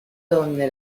donde